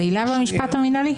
זאת עילה במשפט המינהלי.